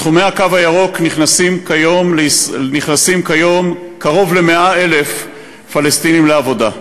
לתחומי הקו הירוק נכנסים כיום קרוב ל-100,000 פלסטינים לעבודה.